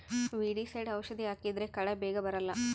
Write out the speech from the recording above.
weedicide ಔಷಧಿ ಹಾಕಿದ್ರೆ ಕಳೆ ಬೇಗ ಬರಲ್ಲ